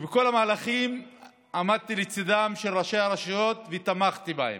בכל המהלכים עמדתי לצידם של ראשי הרשויות ותמכתי בהם.